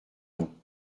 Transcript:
ans